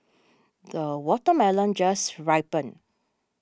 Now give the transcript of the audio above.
the watermelon just ripened